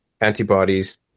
antibodies